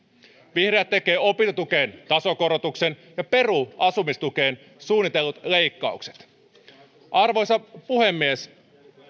vihreät tekee opintotukeen tasokorotuksen ja peruu asumistukeen suunnitellut leikkaukset arvoisa puhemies